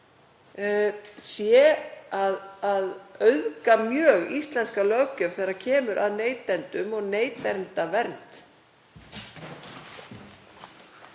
sé að auðga mjög íslenska löggjöf þegar kemur að neytendum og neytendavernd.